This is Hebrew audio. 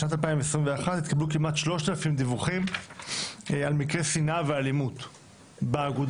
בשנת 2021 התקבלו כמעט 3000 דיווחים על מקרי שנאה ואלימות באגודה,